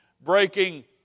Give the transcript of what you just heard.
breaking